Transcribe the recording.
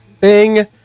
Bing